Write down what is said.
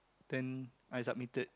then I submitted